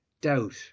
doubt